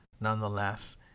Nonetheless